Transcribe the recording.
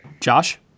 Josh